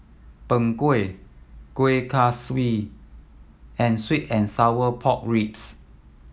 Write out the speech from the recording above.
Png Kueh Kuih Kaswi and sweet and sour pork ribs